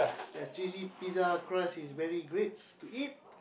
there's cheesy pizza crust is very greats to eat